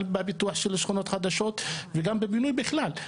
גם בפיתוח של שכונות חדשות וגם בבינוי בכלל.